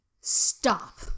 stop